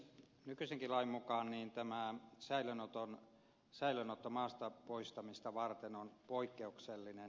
nykyisenkin lain mukaan tämä säilöönotto maasta poistamista varten on poikkeuksellinen